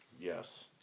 Yes